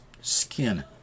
skin